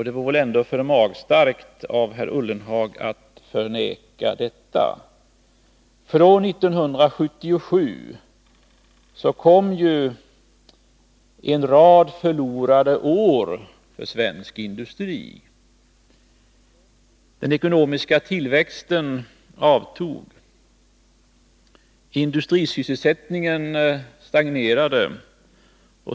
Det vore väl ändå för magstarkt av herr Ullenhag att förneka det. Efter 1977 kom en rad förlorade år för svensk industri. Den ekonomiska tillväxten avtog. Industrisysselsättningen stagnerade.